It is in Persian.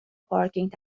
پارکینگ